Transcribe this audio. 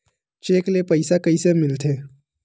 Cheque ले पईसा कइसे मिलथे?